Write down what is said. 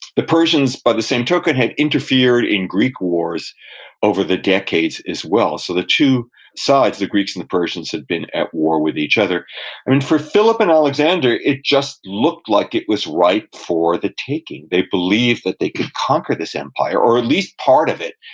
the persians, by the same token, had interfered in greek wars over the decades as well, so the two sides, the greeks and the persians, had been at war with each other and for philip and alexander, it just looked like it was ripe for the taking. they believed that they could conquer this empire, or at least part of it,